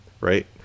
Right